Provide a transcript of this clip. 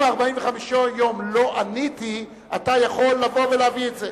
אם 45 יום לא עניתי, אתה יכול לבוא ולהביא את זה.